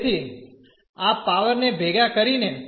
તેથી આ પાવર ને ભેગા કરીને